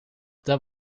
dat